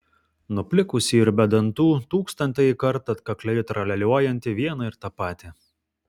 nuplikusį ir be dantų tūkstantąjį kartą atkakliai tralialiuojantį vieną ir tą patį